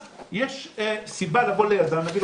זה כל תל אביב.